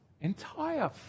entire